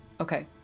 Okay